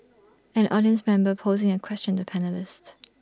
an audience member posing A question to panellists